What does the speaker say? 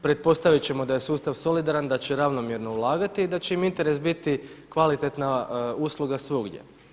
Pretpostavit ćemo da je sustav solidaran, da će ravnomjerno ulagati i da će im interes biti kvalitetna usluga svugdje.